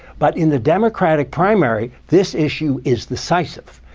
but in the democratic primary, this issue is decisive